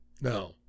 No